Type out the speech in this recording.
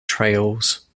trails